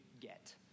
get